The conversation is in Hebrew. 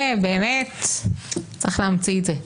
באמת צריך להמציא את זה...